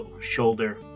shoulder